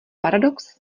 paradox